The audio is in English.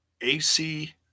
AC